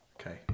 Okay